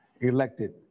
elected